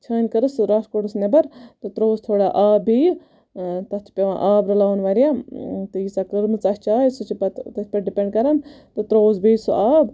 چھٲنۍ کٔرٕس سُہ رَس کوٚڑُس نیٚبَر ترووُس تھوڑا آب بیٚیہِ تتھ چھ پٮ۪وان آب رَلاوُن واریاہ تہٕ ییٖژاہ کٔرمٕژ آسہِ چاے سُہ چھِ پَتہٕ تتھۍ پیٚٹھ ڈِپینٛڈ کَران تہٕ ترووُس بیٚیہِ سُہ آب